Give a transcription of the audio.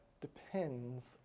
depends